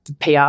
PR